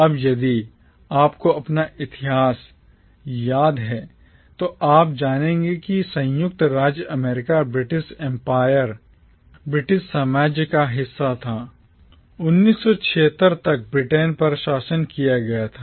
अब यदि आपको अपना इतिहास याद है तो आप जानेंगे कि संयुक्त राज्य अमेरिका British empire ब्रिटिश साम्राज्य का हिस्सा था 1776 तक ब्रिटेन पर शासन किया गया था